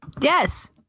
yes